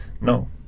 no